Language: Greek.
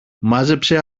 μάζεψε